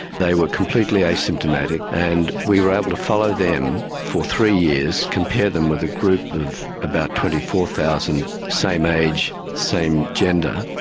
they were completely asymptomatic, and we were able to follow them for three years, compare them with a group of about twenty four thousand same age, same gender,